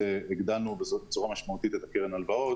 הלוואות, הגדלנו בצורה משמעותית את קרן ההלוואות.